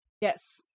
Yes